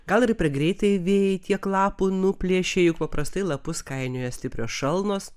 gal ir per greitai vėjai tiek lapų nuplėšė juk paprastai lapus skainioja stiprios šalnos